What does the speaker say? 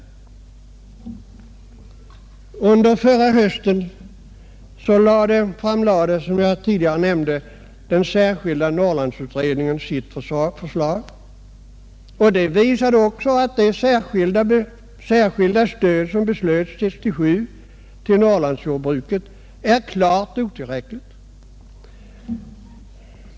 | Under förra hösten framlade, som jag tidigare nämnde, Norrlandsutredningen sitt förslag, och detta visade att det särskilda stöd till Norrlandsjordbruket som beslöts 1967 är klart otillräckligt.